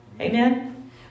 Amen